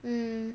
mm